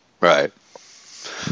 Right